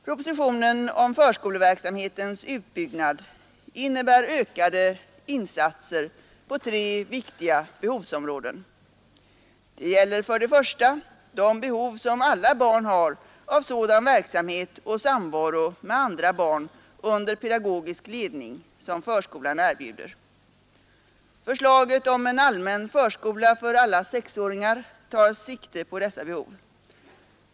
Propositionen om förskoleverksamhetens utbyggnad innebär ökade insatser på tre viktiga behovsområden. Det gäller för det första de behov som alla barn har av sådan verksamhet och samvaro med andra barn under pedagogisk ledning som förskolan erbjuder. Förslaget om en allmän förskola för alla sexåringar tar sikte på dessa behov.